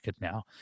now